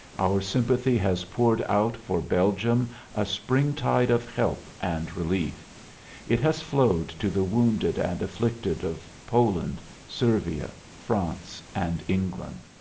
our sympathy has poured out for belgium a springtide of help and relief it has flowed to the wounded and afflicted of poland, servia, france and england.